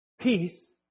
peace